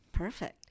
Perfect